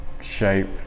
shape